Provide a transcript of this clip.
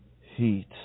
heat